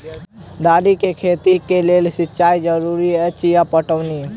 दालि केँ खेती केँ लेल सिंचाई जरूरी अछि पटौनी?